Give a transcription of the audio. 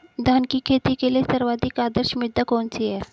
धान की खेती के लिए सर्वाधिक आदर्श मृदा कौन सी है?